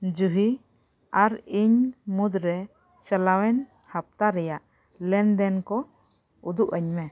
ᱡᱩᱦᱤ ᱟᱨ ᱤᱧ ᱢᱩᱫᱽ ᱨᱮ ᱪᱟᱞᱟᱣᱮᱱ ᱦᱟᱯᱛᱟ ᱨᱮᱭᱟᱜ ᱞᱮᱱᱫᱮᱱ ᱠᱚ ᱩᱫᱩᱜᱼᱟᱹᱧ ᱢᱮ